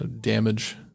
damage